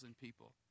people